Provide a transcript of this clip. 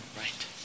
right